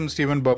Stephen